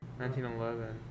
1911